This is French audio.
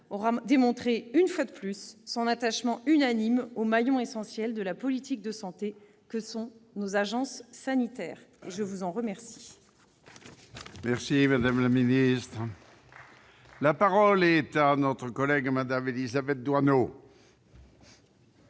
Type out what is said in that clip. aura démontré, une fois de plus, son attachement unanime aux maillons essentiels de la politique de santé que constituent nos agences sanitaires. La parole est